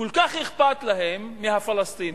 כל כך אכפת להם מהפלסטינים,